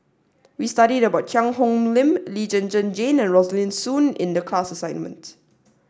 we studied about Cheang Hong Lim Lee Zhen Zhen Jane and Rosaline Soon in the class assignment